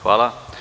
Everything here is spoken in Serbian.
Hvala.